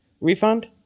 refund